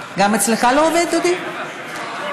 (תיקון,